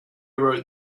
wrote